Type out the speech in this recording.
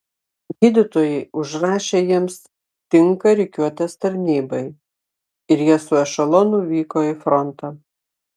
gydytojai užrašė jiems tinka rikiuotės tarnybai ir jie su ešelonu vyko į frontą